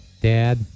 Dad